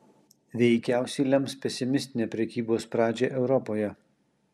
veikiausiai lems pesimistinę prekybos pradžią europoje